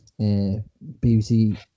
BBC